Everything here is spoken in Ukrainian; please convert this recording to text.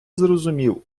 зрозумів